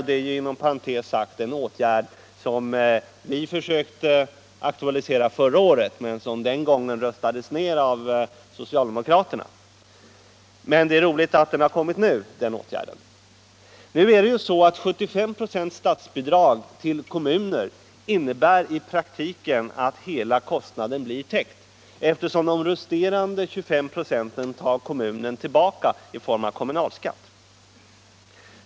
Det är inom parentes sagt något som vi försökte aktualisera förra året men som den gången röstades ned av socialdemokraterna. Det är dock roligt att den åtgärden kommit nu i stället. Ett statsbidrag på 75 96 till kommuner innebär i praktiken att hela kostnaden blir täckt, eftersom de resterande 25 96 tas tillbaka av kommunen i form av kommunalskatt.